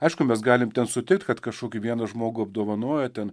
aišku mes galim ten sutikt kad kažkokį vieną žmogų apdovanoja ten